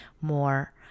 more